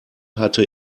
hatte